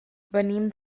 venim